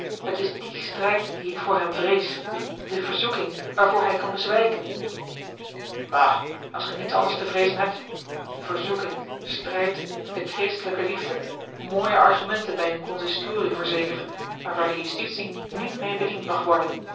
het is die strijd dien ik voor hem vrees die verzoeking waarvoor hij kan bezwijken bah als gij niets anders te vreezen hebt verzoeking strijd de christelijke liefde mooie argumenten bij eene consistorie voorzeker maar waar de justitie niet meê bediend mag worden